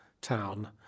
town